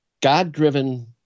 God-driven